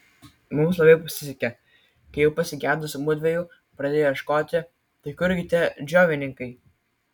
mums labai pasisekė kai jau pasigedusi mudviejų pradėjo ieškoti tai kurgi tie džiovininkai